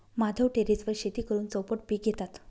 माधव टेरेसवर शेती करून चौपट पीक घेतात